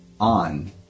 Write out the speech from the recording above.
on